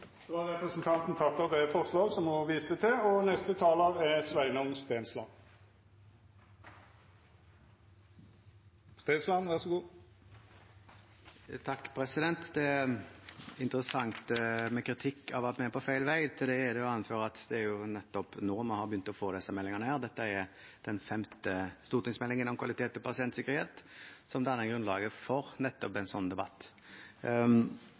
opp det forslaget ho refererte til. Det er interessant med kritikk av at vi er på feil vei. Til det er det å anføre at det jo er nettopp nå vi har begynt å få disse meldingene. Dette er den femte stortingsmeldingen om kvalitet og pasientsikkerhet som danner grunnlaget for nettopp en slik debatt.